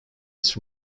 its